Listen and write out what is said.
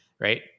right